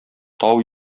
тау